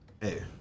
hey